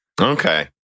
Okay